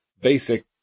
basic